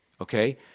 okay